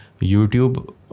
YouTube